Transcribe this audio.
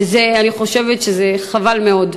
ואני חושבת שחבל מאוד.